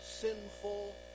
sinful